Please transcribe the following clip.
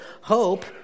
hope